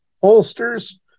holsters